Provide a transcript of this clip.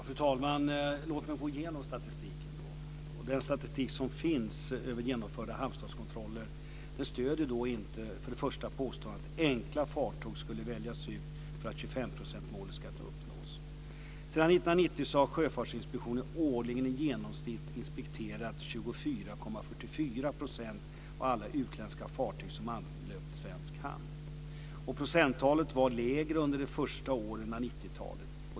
Fru talman! Låt mig då gå igenom statistiken. Den statistik som finns över genomförda hamnstatskontroller stöder inte påståendet att enkla fartyg skulle väljas ut för att 25-procentsmålet ska uppnås. Sedan år 1990 har Sjöfartsinspektionen årligen i genomsnitt inspekterat 24,44 % av alla utländska fartyg som anlöpt svensk hamn. Procenttalet var lägre under de första åren av 90-talet.